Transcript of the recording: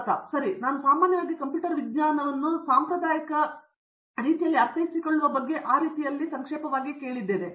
ಪ್ರತಾಪ್ ಹರಿಡೋಸ್ ಸರಿ ನಾನು ಸಾಮಾನ್ಯವಾಗಿ ಕಂಪ್ಯೂಟರ್ ವಿಜ್ಞಾನವನ್ನು ಸಾಂಪ್ರದಾಯಿಕ ರೀತಿಯಲ್ಲಿ ಅರ್ಥೈಸಿಕೊಳ್ಳುವ ಬಗ್ಗೆ ಆ ರೀತಿಯಲ್ಲಿ ಸಂಕ್ಷೇಪವಾಗಿ ಹೇಳಿದ್ದೇನೆ